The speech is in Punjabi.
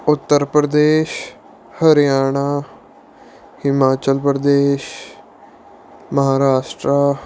ਉੱਤਰ ਪ੍ਰਦੇਸ਼ ਹਰਿਆਣਾ ਹਿਮਾਚਲ ਪ੍ਰਦੇਸ਼ ਮਹਾਰਾਸ਼ਟਰਾ